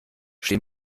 stehen